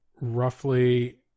roughly